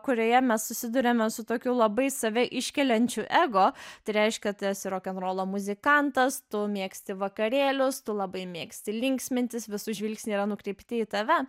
kurioje mes susiduriame su tokiu labai save iškeliančiu ego tai reiškia tu esi rokenrolo muzikantas tu mėgsti vakarėlius tu labai mėgsti linksmintis visų žvilgsniai yra nukreipti į tave